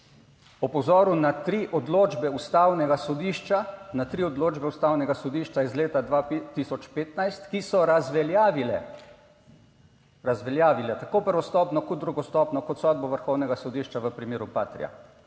sodišča, na tri odločbe Ustavnega sodišča iz leta 2015, ki so razveljavile, razveljavile tako prvostopnjo kot drugo stopnjo kot sodbo Vrhovnega sodišča v primeru Patria,